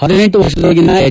ಹದಿನೆಂಟು ವರ್ಷದೊಳಗಿನ ಹೆಚ್